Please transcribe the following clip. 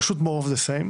פשוט עוד מאותו הדבר.